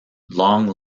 long